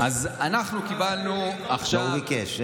הוא ביקש.